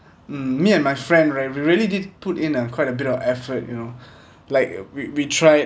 mm me and my friend right we really did put in a quite a bit of effort you know like we we tried